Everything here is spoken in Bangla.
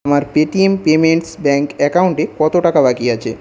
আমার পেটিএম পেমেন্টস ব্যাঙ্ক অ্যাকাউন্টে কত টাকা বাকি আছে